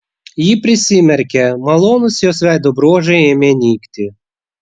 ji prisimerkė malonūs jos veido bruožai ėmė nykti